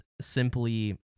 simply